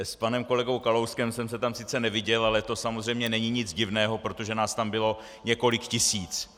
S panem kolegou Kalouskem jsem se tam sice neviděl, ale to samozřejmě není nic divného, protože nás tam bylo několik tisíc.